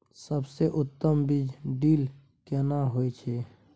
सबसे उत्तम बीज ड्रिल केना होए छै?